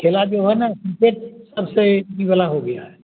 खेला जो है न क्रिकेट सबसे ई बला हो गया है